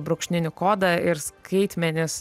brūkšninį kodą ir skaitmenys